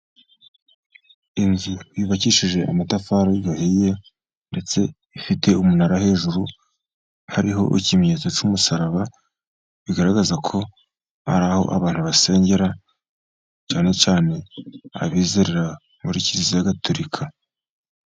Inzu yubakishije amatafari ahiye ,ndetse ifite umunara hejuru hariho ikimenyetso cy'umusaraba ,bigaragaza ko ari aho abantu basengera ,cyane cyane abizerera muri kiliziya gatolika.